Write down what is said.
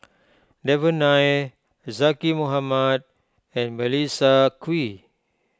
Devan Nair Zaqy Mohamad and Melissa Kwee